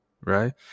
Right